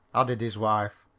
added his wife.